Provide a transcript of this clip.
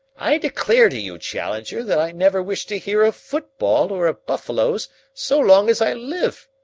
i declare to you, challenger, that i never wish to hear of football or of buffaloes so long as i live.